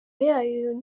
yayo